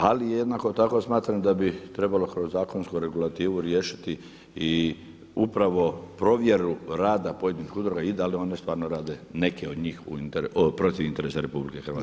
Ali jednako tako smatram da bi trebalo kroz zakonsku regulativu riješiti i upravo provjeru rada pojedinih udruga i da li one stvarno rade, neke od njih protiv interesa RH.